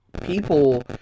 people